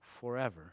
forever